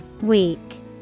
Weak